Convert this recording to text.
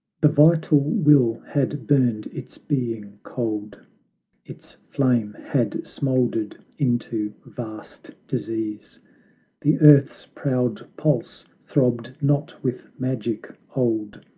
the vital will had burned its being cold its flame had smouldered into vast disease the earth's proud pulse throbbed not with magic old,